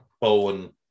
Bowen